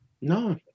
No